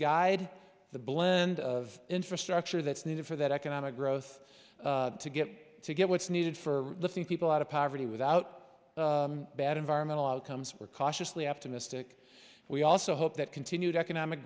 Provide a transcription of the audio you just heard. guide the blend of infrastructure that's needed for that economic growth to get to get what's needed for the thing people out of poverty without bad environmental outcomes we're cautiously optimistic we also hope that continued economic